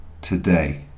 today